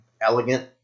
elegant